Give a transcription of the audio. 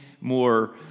more